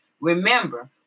Remember